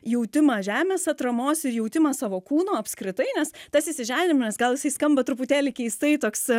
jautimą žemės atramos ir jautimą savo kūno apskritai nes tas įsižeminimas gal jisai skamba truputėlį keistai toks